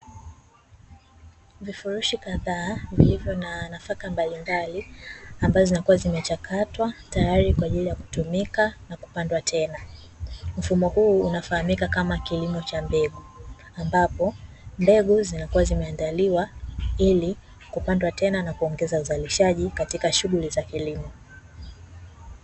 Vifurushi kadhaa vilivyo na nafaka mbalimbali ambazo zinakuwa zimechakatwa tayari kwa kutumika, na kupandwa tena. Mfumo huu unafahamika kama kilimo cha mbegu, ambapo mbegu zinakuwa zimeandaliwa ili kupandwa tena kuongeza uzalishaji, katika shughuli za kilimo.